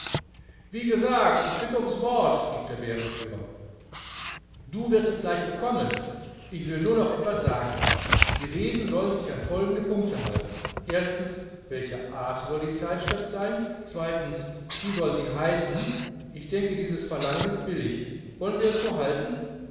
wie gesagt ich bitte ums wort rief der bärenführer du wirst es gleich bekommen ich will nur noch das sagen die reden sollen sich an folgende punkte halten welcher art soll die zeitschrift sein wie soll sie heißen ich denke dieses verlangen ist billig wollen wir es so halten